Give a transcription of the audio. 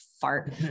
fart